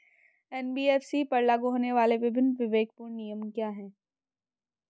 NBFC पर लागू होने वाले विभिन्न विवेकपूर्ण नियम क्या हैं?